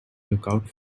lookout